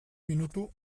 minutu